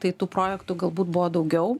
tai tų projektų galbūt buvo daugiau